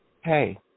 Hey